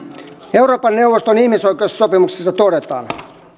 euroopan neuvoston ihmisoikeussopimuksessa todetaan